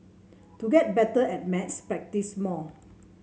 to get better at maths practise more